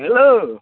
hello